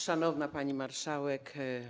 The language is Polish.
Szanowna Pani Marszałek!